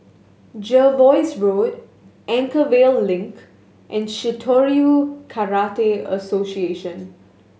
Jervois Road Anchorvale Link and Shitoryu Karate Association